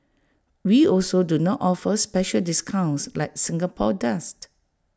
we also do not offer special discounts like Singapore dust